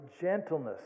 gentleness